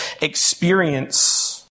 experience